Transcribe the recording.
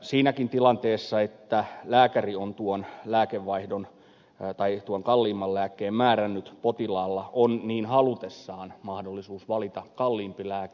siinäkin tilanteessa että lääkäri on tuon halvemman lääkkeen määrännyt potilaalla on niin halutessaan mahdollisuus valita kalliimpi lääke